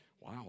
Wow